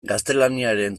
gaztelaniaren